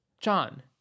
John